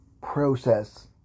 process